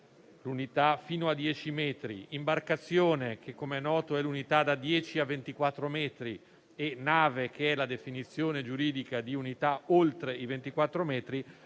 l'unità fino a 10 metri, di «imbarcazione», che, come noto, è l'unità da 10 a 24 metri, e «nave», che è la definizione giuridica di unità oltre i 24 metri,